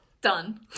Done